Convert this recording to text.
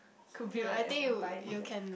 could be when they are buy with it